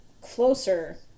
closer